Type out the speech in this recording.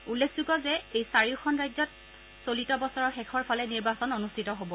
উল্লেখযোগ্য যে এই চাৰিওখন ৰাজ্যত চলিত বছৰৰ শেষৰ ফালে নিৰ্বাচন অনুষ্ঠিত হ'ব